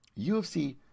UFC